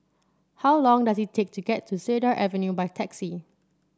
how long does it take to get to Cedar Avenue by taxi